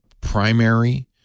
primary